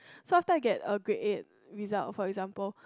so after I get a grade eight result for example